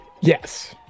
Yes